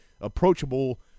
approachable